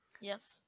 Yes